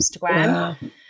Instagram